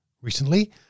recently